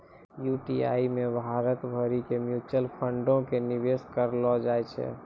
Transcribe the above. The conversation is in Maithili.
यू.टी.आई मे भारत भरि के म्यूचुअल फंडो के निवेश करलो जाय छै